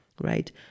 right